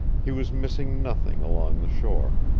he was missing nothing along the shore.